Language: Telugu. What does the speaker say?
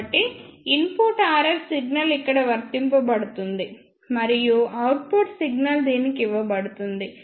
కాబట్టి ఇన్పుట్ RF సిగ్నల్ ఇక్కడ వర్తించబడుతుంది మరియు అవుట్పుట్ సిగ్నల్ దీనికి ఇవ్వబడుతుంది